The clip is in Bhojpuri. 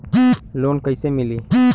लोन कईसे मिली?